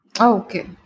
Okay